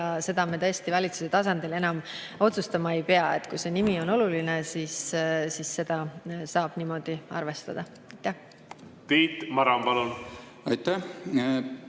seda me tõesti valitsuse tasandil enam otsustama ei pea. Kui see nimi on oluline, siis seda saab niimoodi arvestada. Tiit Maran, palun! Tiit